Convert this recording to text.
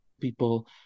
people